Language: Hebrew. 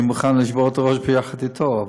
אני מוכן לשבור את הראש ביחד אתם.